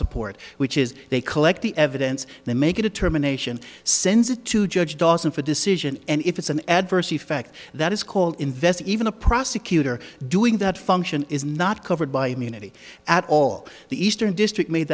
support which is they collect the evidence then make a determination sends it to judge dawson for decision and if it's an adverse effect that is called invest even a prosecutor doing that function is not covered by immunity at all the eastern